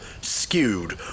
skewed